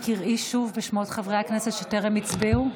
אנא קראי שוב בשמות חברי הכנסת שטרם הצביעו.